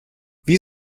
wie